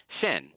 sin